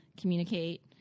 communicate